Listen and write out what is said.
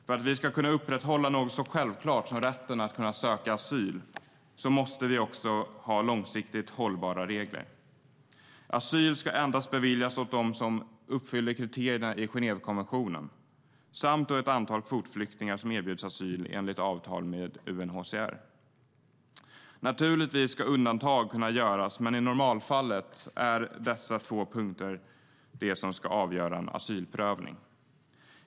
För att vi ska kunna upprätthålla något så självklart som rätten att söka asyl måste vi också ha långsiktigt hållbara regler. Asyl ska endast beviljas dem som uppfyller kriterierna i Genèvekonventionen samt ett antal kvotflyktingar som erbjuds asyl enligt avtal med UNHCR. Naturligtvis ska undantag kunna göras, men i normalfallet är det dessa två punkter som ska avgöra en asylprövning.